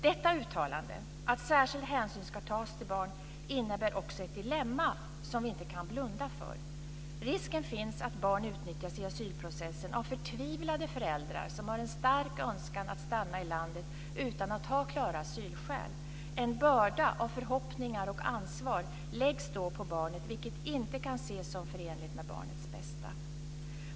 Detta uttalande, att särskild hänsyn ska tas till barn, innebär också ett dilemma som vi inte kan blunda för. Risken finns att barn utnyttjas i asylprocessen av förtvivlade föräldrar som har en stark önskan att stanna i landet utan att ha klara asylskäl. En börda av förhoppningar och ansvar läggs då på barnet, vilket inte kan ses som förenligt med barnets bästa.